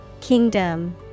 Kingdom